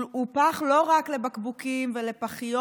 הוא פח לא רק לבקבוקים ופחיות,